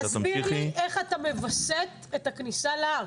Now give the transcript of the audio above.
תסביר לי איך אתה מווסת את הכניסה להר.